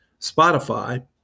Spotify